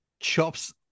Chops